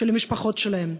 ושל המשפחות שלהם,